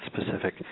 specific